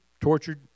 tortured